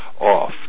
off